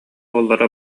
уоллара